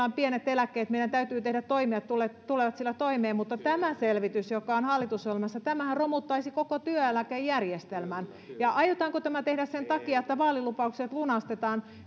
on pienet eläkkeet meidän täytyy tehdä toimia että he tulevat niillä toimeen mutta tämä selvityshän joka on hallitusohjelmassa romuttaisi koko työeläkejärjestelmän aiotaanko tämä tehdä sen takia että vaalilupaukset lunastetaan